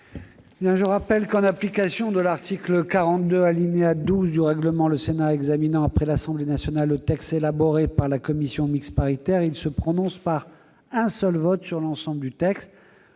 Je rappelle que, en application de l'article 42, alinéa 12, du règlement, le Sénat, lorsqu'il examine après l'Assemblée nationale le texte élaboré par la commission mixte paritaire, se prononce par un seul vote sur l'ensemble du texte,